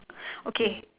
okay